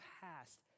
past